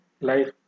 life